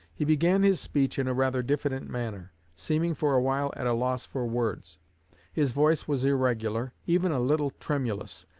he began his speech in a rather diffident manner, seeming for awhile at a loss for words his voice was irregular, even a little tremulous,